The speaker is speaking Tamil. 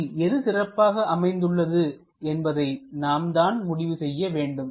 இதில் எது சிறப்பாக அமைந்துள்ளது என்பதை நாம்தான் முடிவு செய்ய வேண்டும்